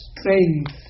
strength